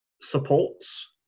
supports